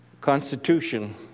Constitution